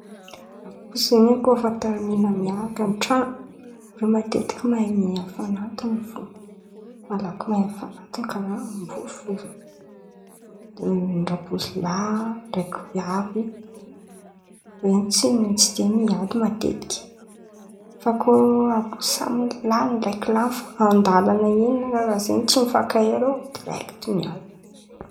Rabosy in̈y ko tarimian̈a miaraka an-tran̈o, irô matetiky mahay mihamifan̈atono fo, malaky mahay mifan̈atono karàha amboa fo irô, de rabosy lahy ndraiky viavy iren̈y tsy tsy de miady matetiky, fa koa rabosy samy lelahiny ndraiky lahy fo andalan̈a en̈y raha zen̈y tsy mifankahay irô direkity miady.